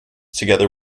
together